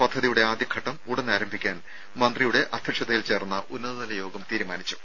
പദ്ധതിയുടെ ആദ്യഘട്ടം ഉടൻ ആരംഭിക്കാൻ മന്ത്രിയുടെ അധ്യക്ഷതയിൽ ചേർന്ന ഉന്നതതല യോഗം തീരുമാനിച്ചു